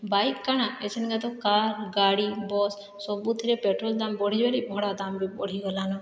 bike କାଣା ଏଇସନକା ତ କାର୍ ଗାଡ଼ି ବସ୍ ସବୁଥିରେ ପେଟ୍ରୋଲ ଦାମ ବଢ଼ିଯିବାର ଭଡ଼ା ଦାମ ବି ବଢ଼ିଗଲାନ